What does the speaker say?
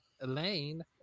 Elaine